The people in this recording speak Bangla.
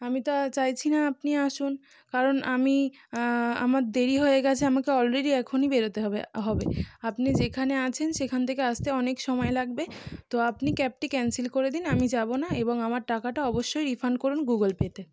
আমি তো আর চাইছি না আপনি আসুন কারণ আমি আমার দেরি হয়ে গেছে আমাকে অলরেডি এখনই বেরোতে হবে হবে আপনি যেখানে আছেন সেখান থেকে আসতে অনেক সময় লাগবে তো আপনি ক্যাবটি ক্যান্সেল করে দিন আমি যাবো না এবং আমার টাকাটা অবশ্যই রিফাণ্ড করুন গুগল পেতে